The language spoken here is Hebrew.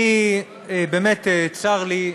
צר לי,